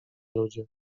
ludzie